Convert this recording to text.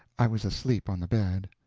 i was asleep on the bed.